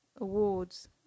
awards